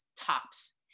tops